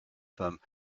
firm